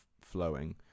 flowing